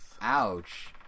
Ouch